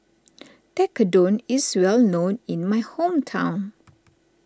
Tekkadon is well known in my hometown